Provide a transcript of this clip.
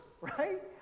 right